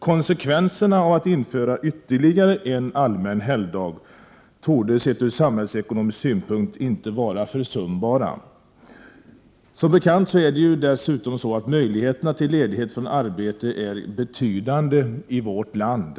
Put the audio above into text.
Konsekvensen av att införa ytterligare en allmän helgdag torde, sett ur samhällsekonomisk synpunkt, inte vara försumbar. Som bekant är möjligheterna till ledighet från arbete betydande i vårt land.